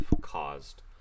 caused